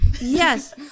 yes